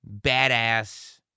badass